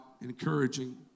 encouraging